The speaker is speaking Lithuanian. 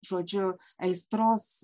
žodžiu aistros